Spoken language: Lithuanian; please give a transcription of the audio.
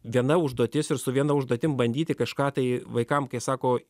viena užduotis ir su viena užduotim bandyti kažką tai vaikam kai sako